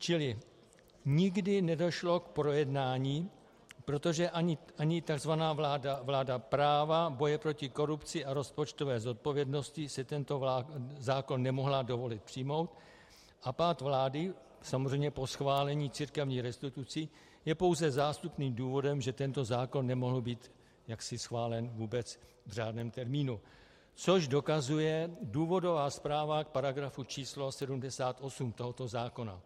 Čili nikdy nedošlo k projednání, protože ani tzv. vláda práva, boje proti korupci a rozpočtové zodpovědnosti si tento zákon nemohla dovolit přijmout, a pád vlády, samozřejmě po schválení církevních restitucí, je pouze zástupným důvodem, že tento zákon nemohl být schválen vůbec v žádném termínu, což dokazuje důvodová zpráva k § č. 78 tohoto zákona.